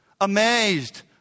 amazed